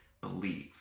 believe